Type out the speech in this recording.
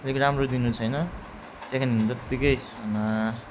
अलिक राम्रो दिनुछैन सेकेन्ड ह्यान्ड जतिकै